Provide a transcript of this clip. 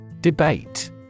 Debate